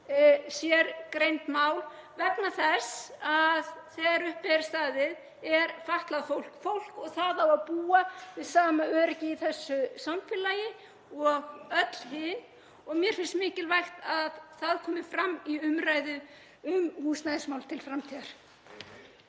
sérgreind mál, vegna þess að þegar upp er staðið er fatlað fólk fólk og það á að búa við sama öryggi í þessu samfélagi og öll hin. Mér finnst mikilvægt að það komi fram í umræðu um húsnæðismál til framtíðar.